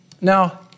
Now